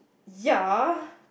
ya